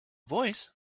voice